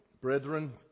brethren